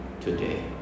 today